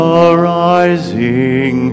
arising